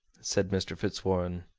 said mr. fitzwarren.